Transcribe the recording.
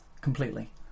completely